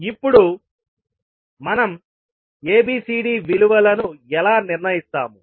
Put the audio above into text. ఇప్పుడుమనం ABCD విలువలను ఎలా నిర్ణయిస్తాము